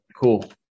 Cool